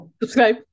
subscribe